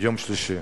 יום שלישי,